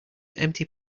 empty